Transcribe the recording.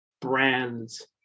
brands